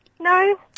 No